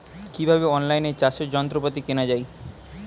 কিভাবে অন লাইনে চাষের যন্ত্রপাতি কেনা য়ায়?